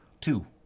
Two